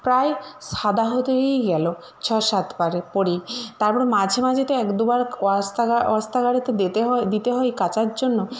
প্রায় সাদা হতেই গেল ছ সাতবার পরেই তার মাঝে মাঝে তো এক দুবার ওয়াস্তাগার ওয়াস্তাগারেতে দেতে হয় দিতে হয় কাচার জন্য